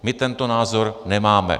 My tento názor nemáme.